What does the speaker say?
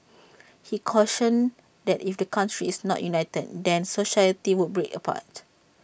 he cautioned that if the country is not united then society would break apart